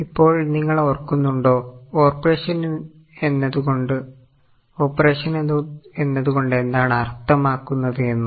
ഇപ്പോൾ നിങ്ങൾ ഓർക്കുന്നുണ്ടോ ഓപ്പറേഷൻ എന്നതുകൊണ്ട് എന്താണ് അർത്ഥമാക്കുന്നത് എന്ന്